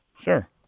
Sure